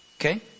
Okay